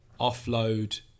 offload